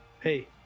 Hey